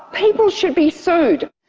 people should be sued!